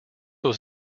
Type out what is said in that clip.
was